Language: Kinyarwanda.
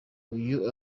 uyu